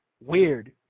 Weird